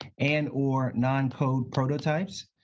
and or non code prototypes.